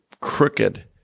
crooked